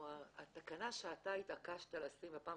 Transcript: התקנה שאתה התעקשת לשים בפעם